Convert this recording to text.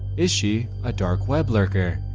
is she a dark web lurker?